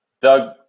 Doug